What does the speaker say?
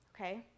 Okay